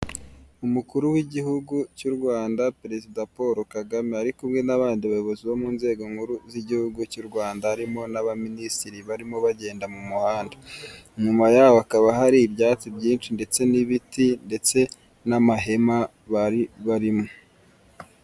Umukuru w'igihugu cy'u rwanda perezida paul kagame ari kumwe n'abandi bayobozi bo mu nzego nkuru z'igihugu cy'u rwanda harimo n'abaminisitiri barimo bagenda mu muhanda nyuma yaho hakaba hari ibyatsi byinshi ndetse n'ibiti ndetse n'amahema bari barimo.